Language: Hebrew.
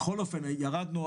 בכל אופן ירדנו מעט,